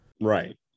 Right